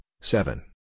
seven